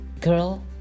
girl